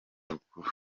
rukuru